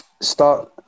start